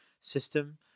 system